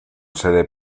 sede